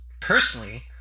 personally